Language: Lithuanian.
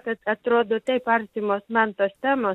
kad atrodo taip artimos man tos temos